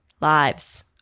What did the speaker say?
lives